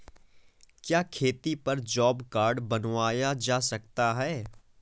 क्या खेती पर जॉब कार्ड बनवाया जा सकता है?